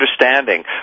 understanding